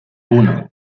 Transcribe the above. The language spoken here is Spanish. uno